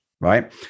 right